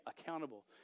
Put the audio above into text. accountable